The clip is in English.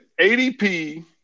ADP